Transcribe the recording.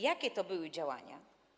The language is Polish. Jakie to były działania?